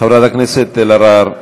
חברת הכנסת אלהרר,